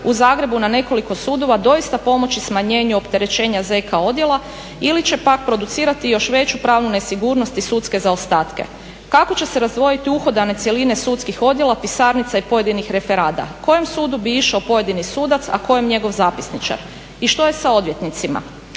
u Zagrebu na nekoliko sudova doista pomoći smanjenju opterećenja ZK odjela ili će pak producirati još veću pravnu nesigurnost i sudske zaostatke. Kako će se razdvojiti uhodane cjeline sudskih odjela, pisarnica i pojedinih referada, kojem sudu bi išao pojedini sudac a kojem njegov zapisničar? I što je sa odvjetnicima,